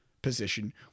position